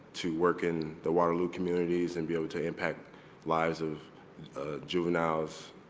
to work in the waterloo communities and be able to impact lives of juveniles.